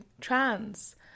trans